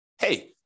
hey